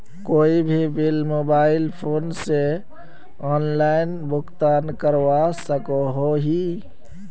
कोई भी bill mobile phone से ऑनलाइन भुगतान करवा सकोहो ही?